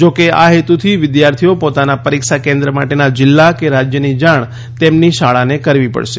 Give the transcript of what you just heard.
જોકે આ હેતુથી વિદ્યાર્થીઓ પોતાના પરીક્ષા કેન્દ્ર માટેના જિલ્લા કે રાજ્યની જાણ તેમની શાળાને કરવી પડશે